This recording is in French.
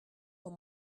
dans